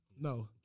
No